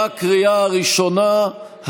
בקריאה הראשונה.